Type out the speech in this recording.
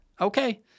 okay